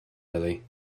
lily